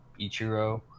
ichiro